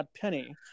Penny